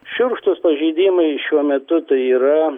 šiurkštūs pažeidimai šiuo metu tai yra